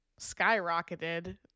skyrocketed